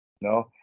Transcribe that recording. No